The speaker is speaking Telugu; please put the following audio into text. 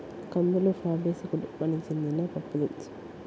కందులు ఫాబేసి కుటుంబానికి చెందిన పప్పుదినుసు